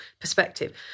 perspective